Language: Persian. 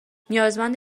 نیازمند